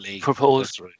proposed